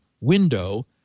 window